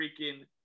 freaking